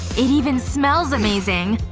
it even smells amazing.